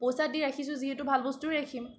পইচা দি ৰাখিছোঁ যিহেতু ভাল বস্তুৱেই ৰাখিম